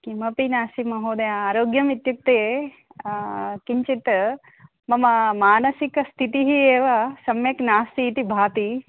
किमपि नास्ति महोदय आरोग्यम् इत्युक्ते किञ्चित् मम मानसिकस्थितिः एव सम्यक् नास्ति इति भाति